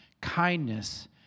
kindness